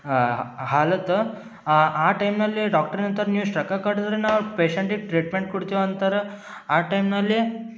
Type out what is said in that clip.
ಹಾ ಹಾಲತ ಆ ಆ ಟೈಮ್ನಲ್ಲಿ ಡಾಕ್ಟ್ರ್ ಏನಂತಾರೆ ನೀವು ಇಷ್ಟು ರೊಕ್ಕ ಕಟ್ಟಿದ್ರೆ ನಾವು ಪೇಶಂಟಿದ ಟ್ರೀಟ್ಮೆಂಟ್ ಕೊಡ್ತೀವಿ ಅಂತಾರ ಆ ಟೈಮ್ನಲ್ಲಿ